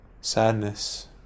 sadness